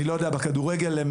אני לא יודע, בכדורגל הם